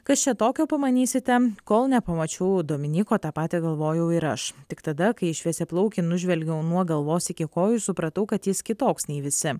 kas čia tokio pamanysite kol nepamačiau dominyko tą patį galvojau ir aš tik tada kai šviesiaplaukį nužvelgiau nuo galvos iki kojų supratau kad jis kitoks nei visi